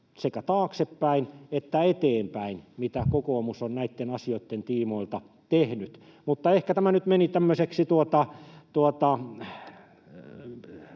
sekä taaksepäin että eteenpäin, mitä kokoomus on näitten asioitten tiimoilta tehnyt. Mutta ehkä tämä nyt meni tämmöiseksi